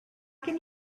can